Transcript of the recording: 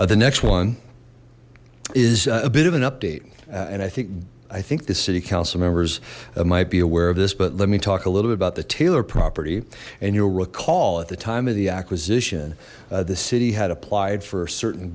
answer the next one is a bit of an update and i think i think the city council members might be aware of this but let me talk a little bit about the taylor property and you'll recall at the time of the acquisition the city had applied for certain